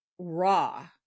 raw